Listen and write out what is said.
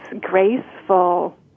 graceful